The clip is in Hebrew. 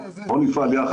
בואו נפעל יחד.